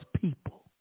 people